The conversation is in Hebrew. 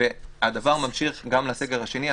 הדבר ממשיך גם לסגר השני.